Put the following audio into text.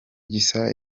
gisa